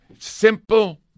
Simple